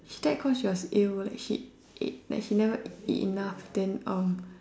is that cause she was ill was she she like she never eat enough then um